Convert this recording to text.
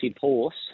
horse